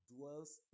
dwells